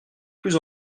plus